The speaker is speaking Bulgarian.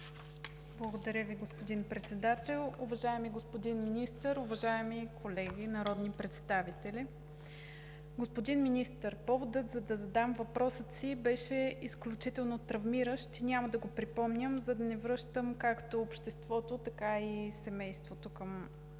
Благодаря Ви, господин Председател. Уважаеми господин Министър, уважаеми колеги народни представители! Господин Министър, поводът, за да задам въпроса си, беше изключително травмиращ. Няма да го припомням, за да не връщам както обществото, така и семейството към шока.